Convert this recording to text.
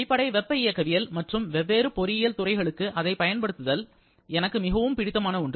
அடிப்படை வெப்ப இயக்கவியல் மற்றும் வெவ்வேறு பொறியியல் துறைகளுக்கு அதைப் பயன்படுத்துதல் எனக்கு மிகவும் பிடித்தமான ஒன்று